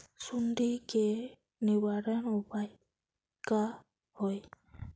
सुंडी के निवारण उपाय का होए?